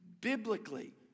Biblically